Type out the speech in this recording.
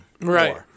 Right